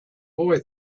boy